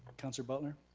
councilor butler.